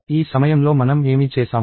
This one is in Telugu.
ఈ సమయంలో మనం ఏమి చేసాము